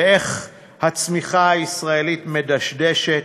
ואיך הצמיחה הישראלית מדשדשת.